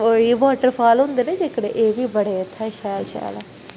ओह इ'यै वाटरफॉल होंदे ना जेह्कडे़ एह् बी इ'त्थें बड़े शैल शैल ऐ